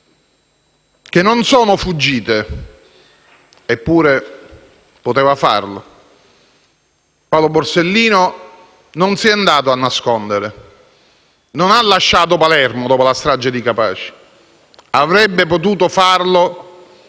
che non sono fuggite. Eppure avrebbe potuto farlo: Paolo Borsellino non si è andato a nascondere, non ha lasciato Palermo, dopo la strage di Capaci; avrebbe potuto farlo